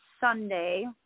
Sunday